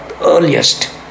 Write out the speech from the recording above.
earliest